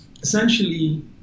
essentially